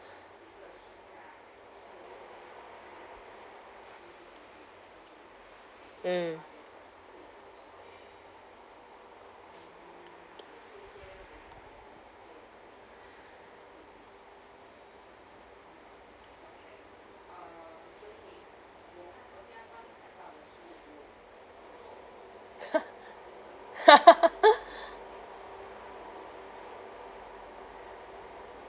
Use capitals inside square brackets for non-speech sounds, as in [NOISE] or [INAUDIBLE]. mm [LAUGHS]